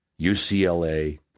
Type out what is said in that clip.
UCLA